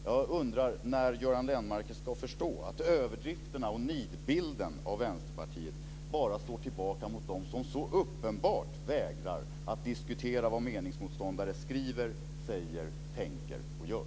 Jag undrar när Göran Lennmarker ska förstå att överdrifterna och nidbilden av Vänsterpartiet bara slår tillbaka mot dem som så uppenbart vägrar att diskutera vad meningsmotståndare skriver, säger, tänker och gör.